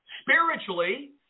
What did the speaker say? spiritually